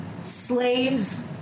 slaves